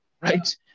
right